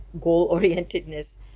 goal-orientedness